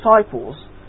disciples